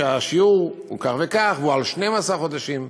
שהשיעור הוא כך וכך והוא על 12 חודשים.